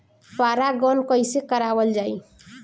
परागण कइसे करावल जाई?